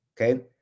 okay